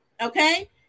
okay